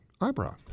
eyebrow